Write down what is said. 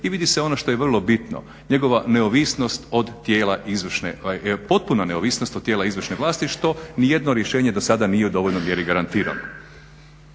neovisnost od tijela izvršne, potpuna neovisnost od tijela izvršne vlasti što ni jedno rješenje do sada nije u dovoljnoj mjeri garantiralo.